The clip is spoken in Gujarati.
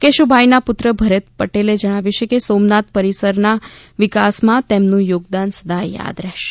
કેશુભાઈના પુત્ર ભરત પટેલે જણાવ્યું છે કે સોમનાથ પરિસરના વિકાસમાં તેમનું યોગદાન સદાય યાદ રહેશે